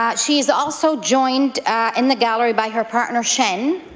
ah she's also joined in the gallery by her partner, chen,